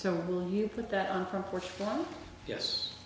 so will you put that on front porch oh yes